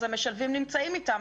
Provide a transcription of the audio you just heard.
המשלבים נמצאים אתם.